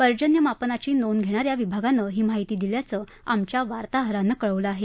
पर्जन्यमापनाची नोंद घेणा या विभागानं ही माहिती दिल्याचं आमच्या वार्ताहरांन कळवलं आहे